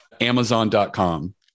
amazon.com